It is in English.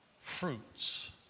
fruits